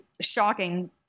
shocking